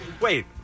wait